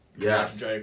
Yes